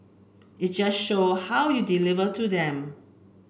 it's just how you deliver to them